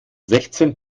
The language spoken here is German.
sechzehn